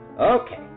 Okay